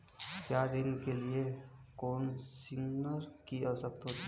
क्या ऋण के लिए कोसिग्नर की आवश्यकता होती है?